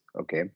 Okay